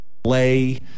play